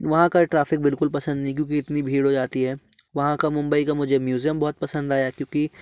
वहाँ का ट्रैफिक बिलकुल पसंद नहीं क्योंकि इतनी भीड़ हो जाती है वहाँ का मुंबई का मुझे म्यूजियम बहुत पसंद आया क्योंकि